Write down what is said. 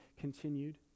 continued